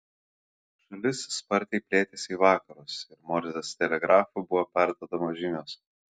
šalis sparčiai plėtėsi į vakarus ir morzės telegrafu buvo perduodamos žinios